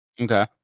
Okay